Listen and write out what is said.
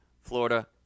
Florida